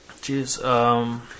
Jeez